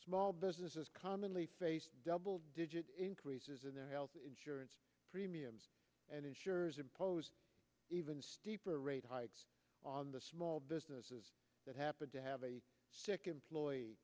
small businesses commonly faced double digit increases in their health insurance premiums and insurers impose even steeper rate hikes on the small businesses that happen to have a sick employ